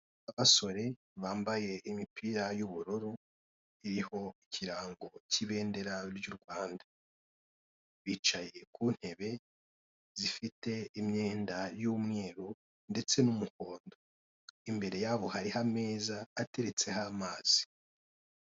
Abasore bampaye imipira y'ubururu iriho ikirango k'ibindera ry'u Rwanda bicaye ku ntebe zifite imyenda y'umweru ndetse n'umuhondo imbere yabo hariho ameza ateretseho amazi.